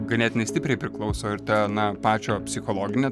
ganėtinai stipriai priklauso ir ta na pačio psichologinė